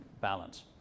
balance